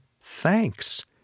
thanks